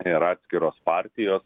ir atskiros partijos